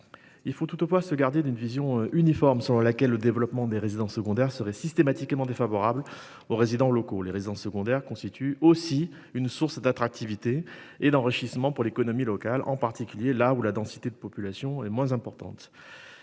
Il faut toutefois se garder d'une vision uniforme selon laquelle le développement des résidences secondaires seraient systématiquement défavorables aux résidents locaux. Les résidences secondaires constituent aussi une source d'attractivité et d'enrichissement pour l'économie locale en particulier là où la densité de population est moins importante